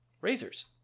Razors